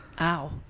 Ow